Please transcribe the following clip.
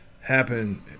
happen